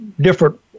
different